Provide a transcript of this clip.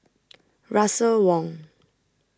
Russel Wong